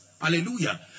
Hallelujah